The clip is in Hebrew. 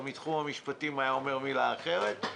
או מתחום המשפטים היה אומר מילה אחרת.